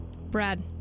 Brad